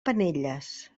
penelles